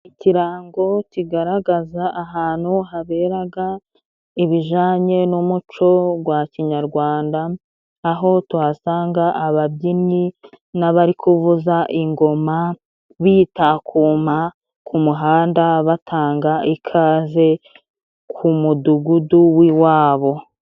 Ikirango kigaragaza ahantu haberaga ibijanye n'umuco gwa kinyarwanda, aho tuhasanga ababyinnyi n'abari kuvuza ingoma bitakuma ku muhanda, batanga ikaze ku mudugudu w'iwabo.